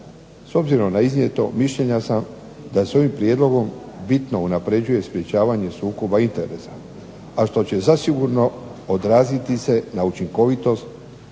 S obzirom na iznijeto mišljenja sam da s ovim prijedlogom bitno unapređuje sprječavanje sukoba interesa, a što će zasigurno odraziti se na učinkovitost